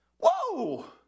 Whoa